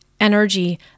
energy